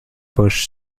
bouches